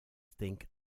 think